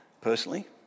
personally